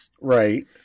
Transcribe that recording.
right